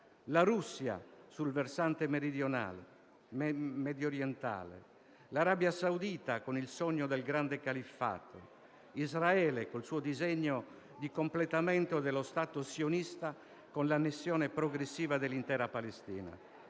la Russia, sul versante mediorientale; l'Arabia Saudita, con il sogno del grande califfato; Israele, col suo disegno di completamento dello Stato sionista con l'annessione progressiva dell'intera Palestina.